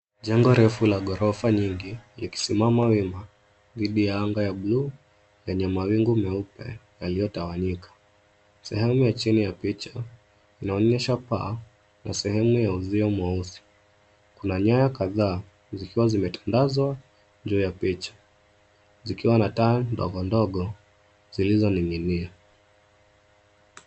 Jengo refu la ghorofa nyingi likisimama wima dhidi ya anga ya buluu yenye mawingu meupe yaliyotawanyika. Sehemu ya chini ya picha inaonyesha paa na sehemu ya uzio mweusi. Kuna nyaya kadhaa zikiwa zimetandazwa juu ya picha, zikiwa na taa ndogo ndogo zilizoning'inia.